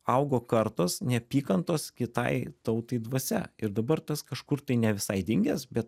augo kartos neapykantos kitai tautai dvasia ir dabar tas kažkur tai ne visai dingęs bet